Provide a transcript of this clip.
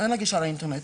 אין לה גישה לאינטרנט,